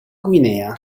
guinea